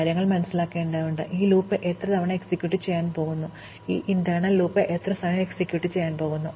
അതിനാൽ നമ്മൾ മനസ്സിലാക്കേണ്ടതുണ്ട് ഈ ലൂപ്പ് എത്ര തവണ എക്സിക്യൂട്ട് ചെയ്യാൻ പോകുന്നു ഈ ആന്തരിക ലൂപ്പ് എത്ര സമയം എക്സിക്യൂട്ട് ചെയ്യാൻ പോകുന്നു